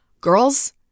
girls